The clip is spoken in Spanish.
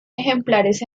ejemplares